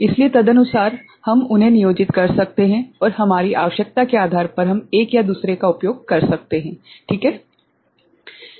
इसलिए तदनुसार हम उन्हें नियोजित कर सकते हैं और हमारी आवश्यकता के आधार पर हम एक या दूसरे का उपयोग कर सकते हैं